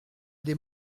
des